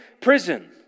prison